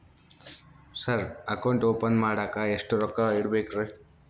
Sir account open ಮಾಡಾಕ ಎಷ್ಟು ರೊಕ್ಕ ಇಡಬೇಕ್ರಿ?